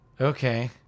Okay